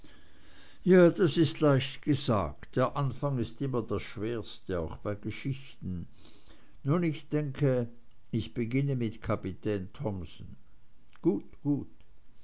ja das ist leicht gesagt der anfang ist immer das schwerste auch bei geschichten nun ich denke ich beginne mit kapitän thomsen gut gut